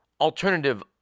alternative